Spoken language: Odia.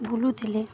ବୁଲୁଥିଲେ